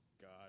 God